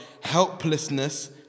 helplessness